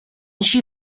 she